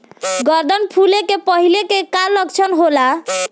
गर्दन फुले के पहिले के का लक्षण होला?